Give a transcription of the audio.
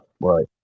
Right